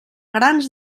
grans